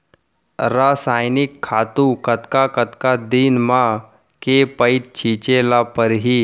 रसायनिक खातू कतका कतका दिन म, के पइत छिंचे ल परहि?